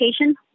education